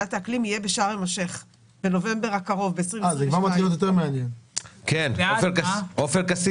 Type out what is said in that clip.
ועידת האקלים יהיה בשארם א-שיח בנובמבר 2022. עופר כסיף,